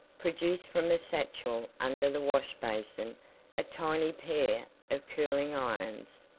produced from a satchel under the wash basin a tiny pair of curling irons.